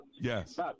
Yes